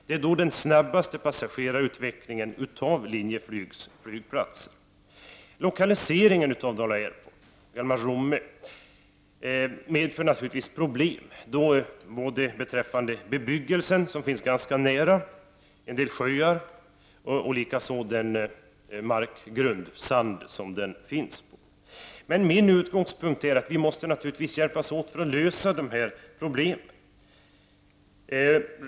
Det är den snabbaste passagerarutvecklingen när det gäller Linjeflygs flygplatser. Lokaliseringen av Dala Airport medför naturligtvis problem: bebyggelsen som finns ganska nära, en del sjöar ligger ganska nära och markgrunden, sand, för flygplatsen. Men min utgångspunkt är att vi naturligtvis måste hjälpas åt för att lösa problemen.